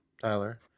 Tyler